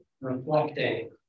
reflecting